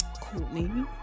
courtney